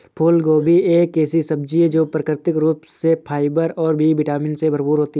फूलगोभी एक ऐसी सब्जी है जो प्राकृतिक रूप से फाइबर और बी विटामिन से भरपूर होती है